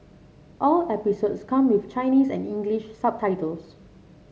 all episodes come with Chinese and English subtitles